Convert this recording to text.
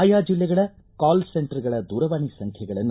ಆಯಾ ಜಿಲ್ಲೆಗಳ ಕಾಲ್ ಸೆಂಟರ್ಗಳ ದೂರವಾಣಿ ಸಂಖ್ಯೆಗಳನ್ನು